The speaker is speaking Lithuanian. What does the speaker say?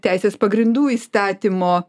teisės pagrindų įstatymo